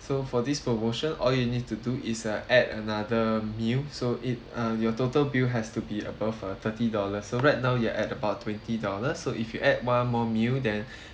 so for this promotion all you need to do is uh add another meal so it uh your total bill has to be above uh thirty dollars so right now you are at about twenty dollars so if you add one more meal then